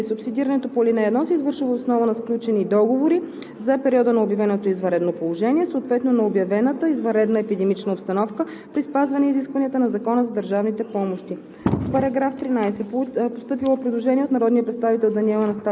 болест по чл. 61, ал. 1 от Закона за здравето. (2) Субсидирането по ал. 1 се извършва въз основа на сключени договори за периода на обявеното извънредно положение, съответно на обявената извънредна епидемична обстановка при спазване изискванията на Закона за държавните помощи.“